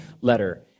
letter